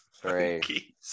three